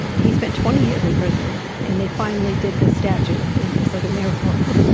he spent twenty years in prison and they finally did the statute and it's like a miracle.